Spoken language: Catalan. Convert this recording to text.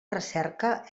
recerca